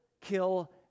kill